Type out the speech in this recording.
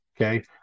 okay